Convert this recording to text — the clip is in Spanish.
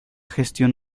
gestión